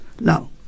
Now